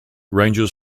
ranges